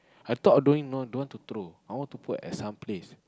I thought of doing no don't want to throw I want to put at some place